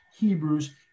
Hebrews